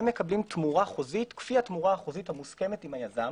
הם מקבלים תמורה חוזית כפי התמורה החוזית המוסכמת עם היזם.